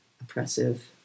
oppressive